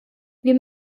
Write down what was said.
wir